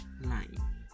line